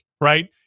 right